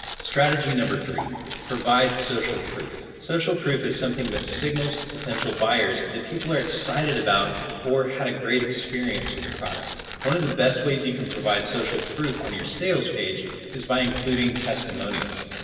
strategy number three provide social proof social proof is something that signals to potential buyers that people are excited about or had a great experience with a product. one of the best ways you can provide social proof on your sales page is by including testimonials.